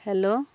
hello